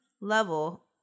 level